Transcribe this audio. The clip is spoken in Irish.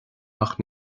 ach